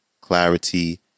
Clarity